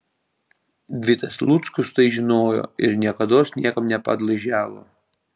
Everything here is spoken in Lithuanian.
vitas luckus tai žinojo ir niekados niekam nepadlaižiavo